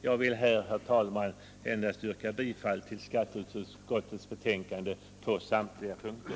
Jag vill nu endast yrka bifall till skatteutskottets hemställan på samtliga punkter.